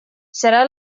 serà